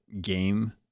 game